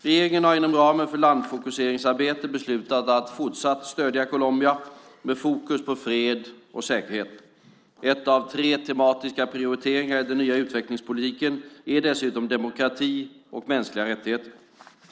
Regeringen har inom ramen för landfokuseringsarbetet beslutat att fortsatt stödja Colombia, med fokus på fred och säkerhet. En av tre tematiska prioriteringar i den nya utvecklingspolitiken är dessutom demokrati och mänskliga rättigheter.